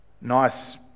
Nice